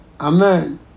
Amen